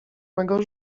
mego